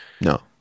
no